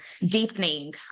deepening